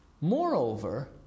Moreover